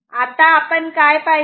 आता आपण काय पाहिले